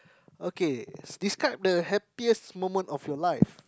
okay describe the happiest moment of your life